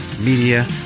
Media